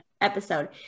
episode